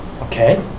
okay